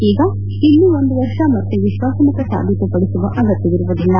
ಈಗ ಇನ್ನೂ ಒಂದು ವರ್ಷ ಮತ್ತೆ ವಿಶ್ವಾಸಮತ ಸಾಬೀತು ಪಡಿಸುವ ಅಗತ್ಯವಿರುವುದಿಲ್ಲ